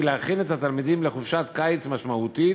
להכין את התלמידים לחופשת קיץ משמעותית